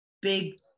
big